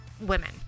women